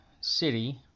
City